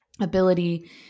ability